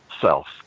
self